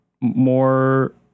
more